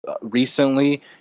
recently